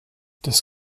das